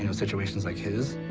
you know situations like his.